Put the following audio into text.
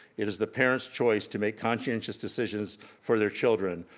it is the parent's choice to make conscientious decisions for their children,